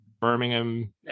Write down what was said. birmingham